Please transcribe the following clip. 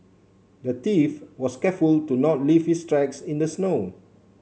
the thief was careful to not leave his tracks in the snow